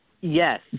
Yes